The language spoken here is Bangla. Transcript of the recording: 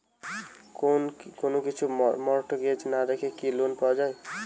কোন কিছু মর্টগেজ না রেখে কি লোন পাওয়া য়ায়?